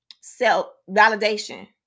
self-validation